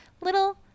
little